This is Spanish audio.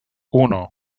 uno